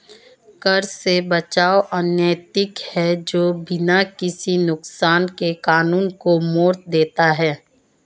कर से बचाव अनैतिक है जो बिना किसी नुकसान के कानून को मोड़ देता है